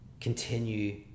continue